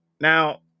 Now